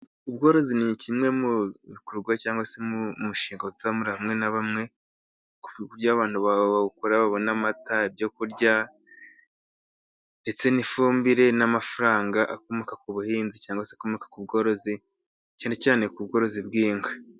Ubworozi ni kimwe mu bikorwa cyangwa se umushinga uzamura bamwe na bamwe bawukora babona amata , ibyo kurya ndetse n'ifumbire n'amafaranga akomoka ku buhinzi cyangwa se akomoka ku bworozi cyane cyane ku bworozi bw'inka.